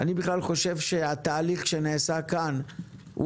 אני בכלל חושב שהתהליך שנעשה כאן הוא